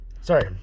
sorry